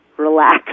relax